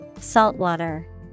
Saltwater